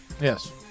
Yes